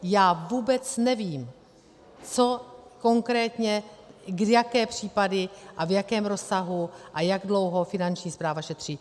Já vůbec nevím, co konkrétně, jaké případy a v jakém rozsahu a jak dlouho Finanční správa šetří.